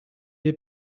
des